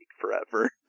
forever